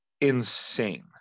insane